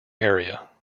area